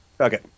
okay